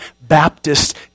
Baptist